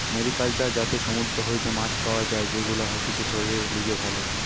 mariculture যাতে সমুদ্র হইতে মাছ পাওয়া যাই, সেগুলা হতিছে শরীরের লিগে ভালো